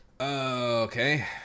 Okay